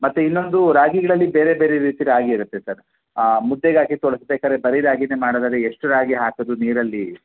ಮತ್ತೆ ಇನ್ನೊಂದು ರಾಗಿಗಳಲ್ಲಿ ಬೇರೆ ಬೇರೆ ರೀತಿ ರಾಗಿ ಇರುತ್ತೆ ಸರ್ ಮುದ್ದೆಗಾಗಿ ತೊಳಸ್ಬೇಕಾರೆ ಬರೀ ರಾಗಿನೆ ಮಾಡೋದಾದ್ರೆ ಎಷ್ಟು ರಾಗಿ ಹಾಕಿದ್ರು ನೀರಲ್ಲಿ